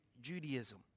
Judaism